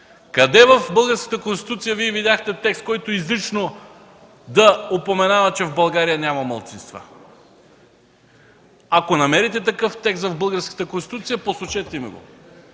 Къде в българската Конституция Вие видяхте текст, който изрично да упоменава, че в България няма малцинства? Ако намерите такъв текст в българската Конституция, посочете ми го.